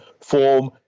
form